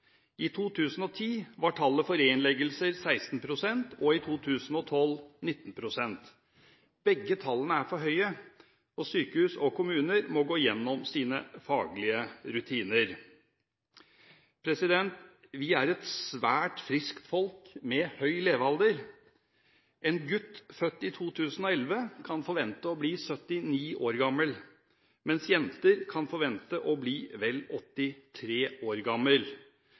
I 2010 var tallet for reinnleggelser 16 pst. og i 2012 19 pst. Begge tallene er for høye, og sykehus og kommuner må gå gjennom sine faglige rutiner. Vi er et svært friskt folk med høy levealder. En gutt født i 2011 kan forvente å bli 79 år gammel, mens jenter kan forvente å bli vel 83 år